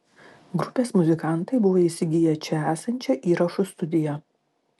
grupės muzikantai buvo įsigiję čia esančią įrašų studiją